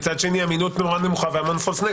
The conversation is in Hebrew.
מצד שני אמינות נורא נמוכה והמון false negative.